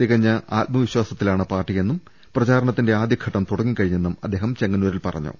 തികഞ്ഞ ആത്മവിശ്വാസ ത്തിലാണ് പാർട്ടിയെന്നും പ്രചാരണത്തിന്റെ ആദ്യഘട്ടം തുടങ്ങിക്കഴി ഞ്ഞെന്നും അദ്ദേഹം ചെങ്ങന്നൂരിൽ പറഞ്ഞു